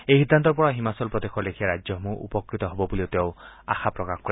এই সিদ্ধান্তৰ পৰা হিমাচল প্ৰদেশৰ লেখিয়া ৰাজ্যসমূহ উপকৃত হব বুলিও তেওঁ আশা প্ৰকাশ কৰে